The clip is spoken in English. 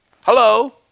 Hello